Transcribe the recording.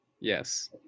Yes